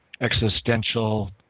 existential